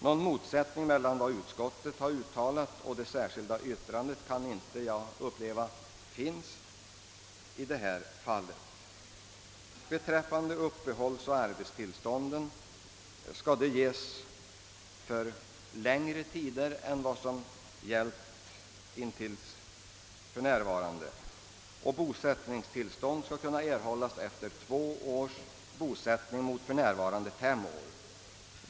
Jag kan inte se att det finns någon motsättning mellan utskottet och det särskilda yttrandet i detta fall. I fråga om uppehållsoch arbetstillstånd föreslås att sådana skall lämnas för längre tider än hittills, och bosättningstillstånd skall kunna erhållas efter två års bosättning mot för närvarande fem års.